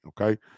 okay